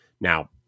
Now